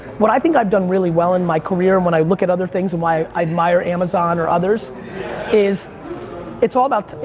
what i think i've done really well in my career and when i look at other things and why i admire amazon or others is it's all about,